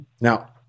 Now